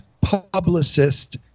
publicist